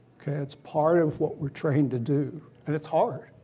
it's part of what we're trained to do. and it's hard.